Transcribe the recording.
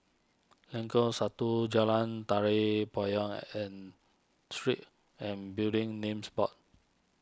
Lengkong Satu Jalan Tari Payong and Street and Building Names Board